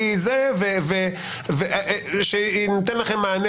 זה יינתן לכם מענה